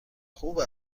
خوب